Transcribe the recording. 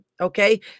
okay